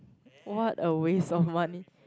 what a waste of money